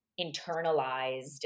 internalized